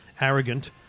arrogant